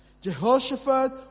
Jehoshaphat